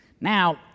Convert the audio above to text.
Now